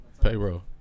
payroll